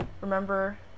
remember